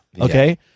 Okay